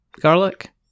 Garlic